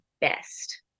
best